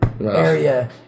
area